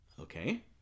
okay